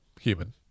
human